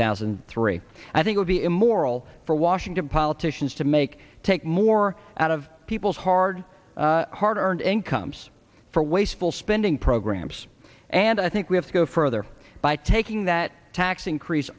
thousand and three i think would be immoral for washington politicians to make take more out of people's hard hard earned incomes for wasteful spending programs and i think we have to go further by taking that tax increase